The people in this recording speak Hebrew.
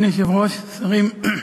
אדוני היושב-ראש, שרים,